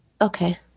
Okay